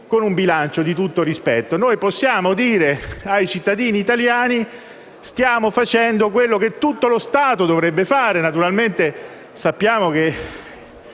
con un bilancio di tutto rispetto. Possiamo dire ai cittadini italiani che stiamo facendo quello che tutto lo Stato dovrebbe fare - naturalmente, sappiamo che